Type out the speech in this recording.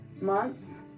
months